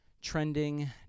trending